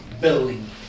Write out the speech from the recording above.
building